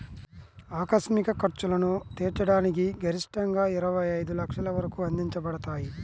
ఆకస్మిక ఖర్చులను తీర్చడానికి గరిష్టంగాఇరవై ఐదు లక్షల వరకు అందించబడతాయి